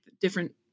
different